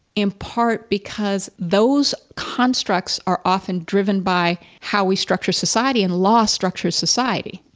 in part because those constructs are often driven by how we structure society and law structures society.